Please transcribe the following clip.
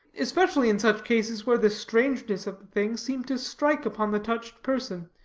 especially in such cases where the strangeness of the thing seemed to strike upon the touched person,